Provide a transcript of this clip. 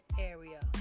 area